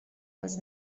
was